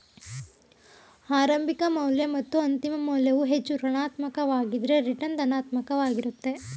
ಆರಂಭಿಕ ಮೌಲ್ಯ ಮತ್ತು ಅಂತಿಮ ಮೌಲ್ಯವು ಹೆಚ್ಚು ಋಣಾತ್ಮಕ ವಾಗಿದ್ದ್ರ ರಿಟರ್ನ್ ಧನಾತ್ಮಕ ವಾಗಿರುತ್ತೆ